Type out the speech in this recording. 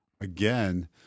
again